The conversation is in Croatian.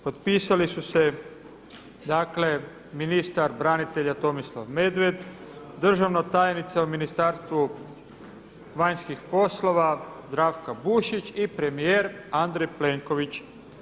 Potpisali su se, dakle ministar branitelja Tomislav Medved, državna tajnica u Ministarstvu vanjskih poslova Zdravka Bušić i premijer Andrej Plenković.